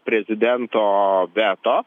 prezidento veto